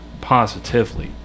positively